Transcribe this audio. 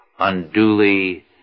unduly